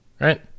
right